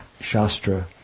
shastra